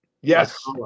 Yes